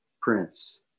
Prince